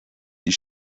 die